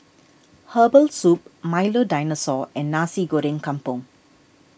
Herbal Soup Milo Dinosaur and Nasi Goreng Kampung